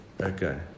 Okay